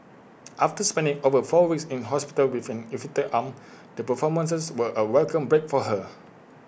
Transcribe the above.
after spending over four weeks in hospital with an infected arm the performances were A welcome break for her